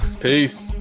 Peace